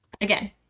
again